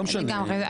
לגמרי,